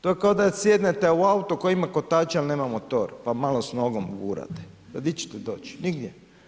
To je kao da sjednete u auto koji ima kotače, a nema motor, pa malo s nogom gurate, pa gdje ćete doći, nigdje.